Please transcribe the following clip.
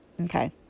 Okay